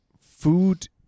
food